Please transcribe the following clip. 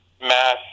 mass